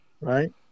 Right